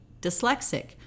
dyslexic